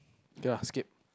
okay lah skip